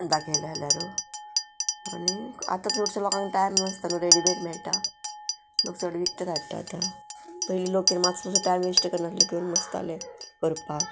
दाखयले जाल्यारू आनी आतां चडशे लोकांक टायम नासता न्हू रेडीमेड मेळटा लोक चड विकतें धाडटा आतां पयलीं लोकेन मात्सो मातसो टायम वेस्ट करनासलें करून नासतालें करपाक